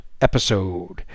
episode